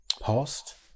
past